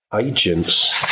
Agents